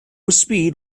speed